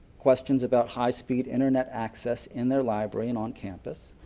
questions about high-speed internet access in their library and on campus,